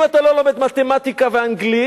אם אתה לא לומד מתמטיקה ואנגלית,